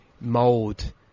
mold